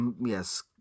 Yes